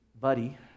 buddy